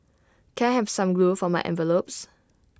can I have some glue for my envelopes